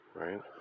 Right